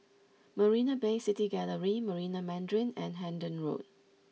Marina Bay City Gallery Marina Mandarin and Hendon Road